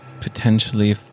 potentially